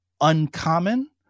uncommon